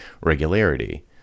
regularity